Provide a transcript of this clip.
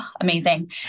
amazing